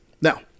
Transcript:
Now